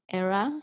era